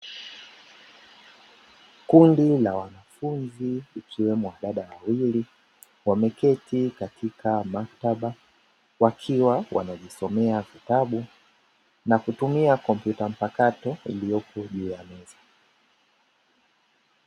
Kundi la wanafunzi ikiwemo wadada wawili wameketi katika maktaba wakiwa wanajisomea vitabu na kutumia kompyuta mpakato iliyopo juu ya meza.